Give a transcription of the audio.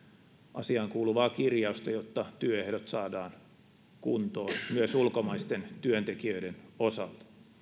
asiaankuuluvaa kirjausta jotta työehdot saadaan kuntoon myös ulkomaisten työntekijöiden osalta